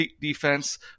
defense